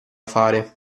fare